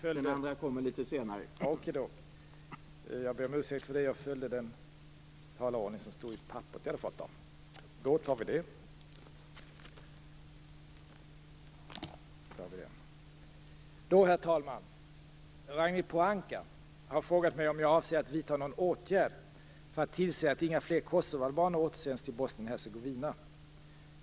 Herr talman! Ragnhild Pohanka har frågat mig om jag avser att vidta någon åtgärd för att tillse att inga fler kosovoalbaner återsänds till Bosnien Hercegovina.